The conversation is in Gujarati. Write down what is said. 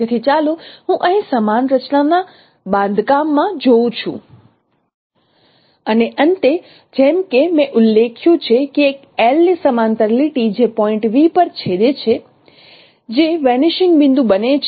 તેથી ચાલો હું અહીં સમાન રચનાના બાંધકામમાં જોઉં છું અને અંતે જેમકે મેં ઉલ્લેખ્યું છે કે L ની સમાંતર લીટી જે પોઇન્ટ V પર છેદે છે જે વેનીશિંગ બિંદુ બને છે